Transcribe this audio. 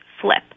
flip